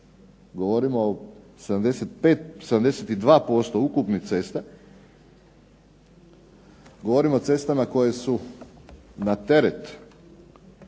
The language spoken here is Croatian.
Govorimo o 72% ukupnih cesta. Govorimo o cestama koje su na teret